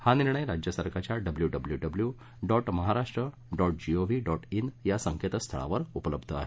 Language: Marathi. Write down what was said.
हा निर्णय राज्य सरकारच्या W W W dot Maharashtra dot G O V dot in या संकेतस्थळावर उपलब्ध आहे